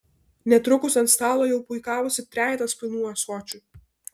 netrukus ant stalo jau puikavosi trejetas pilnų ąsočių